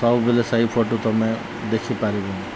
ସବୁବେଳେ ସହି ଫଟୋ ତୁମେ ଦେଖିପାରିବୁନି